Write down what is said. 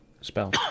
spell